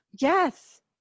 Yes